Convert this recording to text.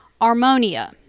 Armonia